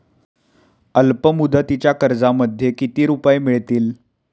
अल्पमुदतीच्या कर्जामध्ये किती रुपये मिळतील?